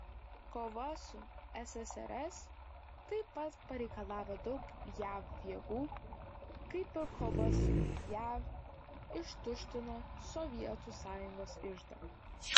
kova su ssrs taip pat pareikalavo daug jav jėgų kaip ir kova su jav ištuštino sovietų sąjungos iždą